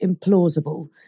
implausible